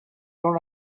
non